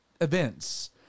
events